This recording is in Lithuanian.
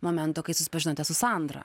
momento kai susipažinote su sandra